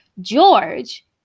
george